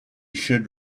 should